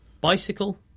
bicycle